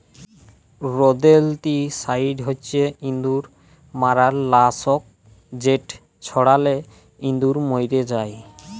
rodenticide হছে ইঁদুর মারার লাসক যেট ছড়ালে ইঁদুর মইরে যায়